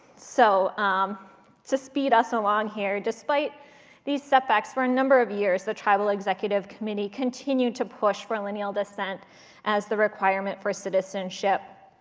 so um to speed us along here, despite these setbacks, for a number of years the tribal executive committee continued to push for lineal descent as the requirement for citizenship,